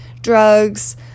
drugs